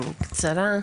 בקצרה,